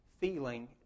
feeling